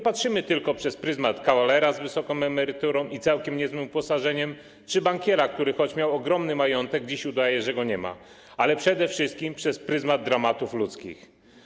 Patrzymy nie tylko przez pryzmat kawalera z wysoką emeryturą i całkiem niezłym uposażeniem czy bankiera, który, choć miał ogromny majątek, dziś udaje, że go nie ma, ale przede wszystkim przez pryzmat dramatów ludzkich.